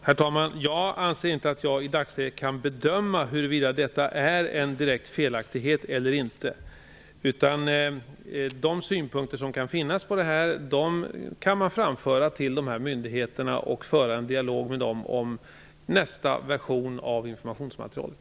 Herr talman! Jag anser inte att jag i dagsläget kan bedöma huruvida detta är en direkt felaktighet eller inte. De synpunkter som finns på detta kan man framföra till dessa myndigheter och föra en dialog med dem om nästa version av informationsmaterialet.